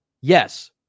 yes